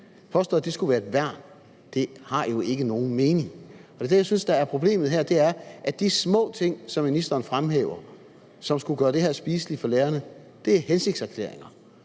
tvivl om det – skulle være et værn, har jo ingen mening. Det, jeg synes er problemet her, er, at de små ting, som ministeren fremhæver, og som skulle gøre det her spiseligt for lærerne, er hensigtserklæringer,